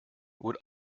would